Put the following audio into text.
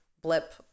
blip